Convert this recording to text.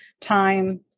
time